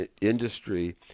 industry